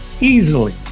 easily